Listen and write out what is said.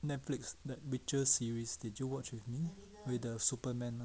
Netflix that witcher series did you watch with the superman [one]